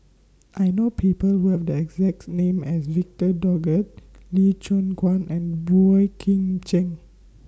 I know People Who Have The exact name as Victor Doggett Lee Choon Guan and Boey Kim Cheng